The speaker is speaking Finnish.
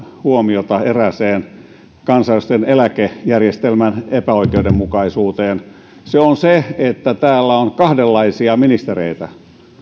huomiota erääseen kansanedustajien eläkejärjestelmän epäoikeudenmukaisuuteen se on se että täällä on kahdenlaisia ministereitä